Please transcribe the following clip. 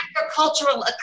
agricultural